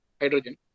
hydrogen